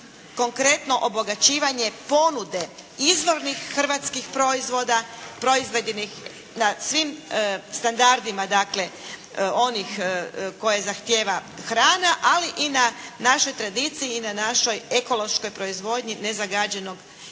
konkretno obogaćivanje ponude izvornih hrvatskih proizvoda proizvedenim na svim standardima dakle, onih koje zahtjeva hrana ali i na našoj tradiciji i na našoj ekološkoj proizvodnji nezagađenog i tla